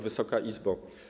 Wysoka Izbo!